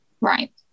Right